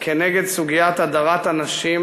כנגד הדרת הנשים,